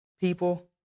people